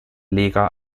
leger